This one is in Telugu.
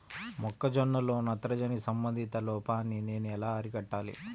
మొక్క జొన్నలో నత్రజని సంబంధిత లోపాన్ని నేను ఎలా అరికట్టాలి?